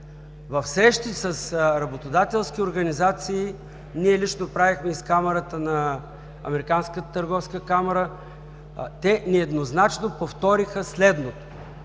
В срещи с работодателски организации – ние лично правихме и с Американската търговска камара, те нееднозначно повториха следното: